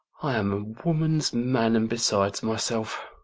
i am a woman's man, and besides myself.